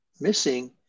missing